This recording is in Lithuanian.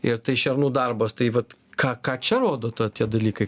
ir tai šernų darbas tai vat ką ką čia rodo to tie dalykai